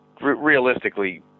realistically